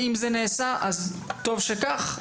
ואם זה נעשה אז טוב שכך.